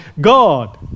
God